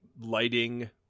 lighting